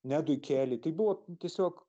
nedui keli tai buvo tiesiog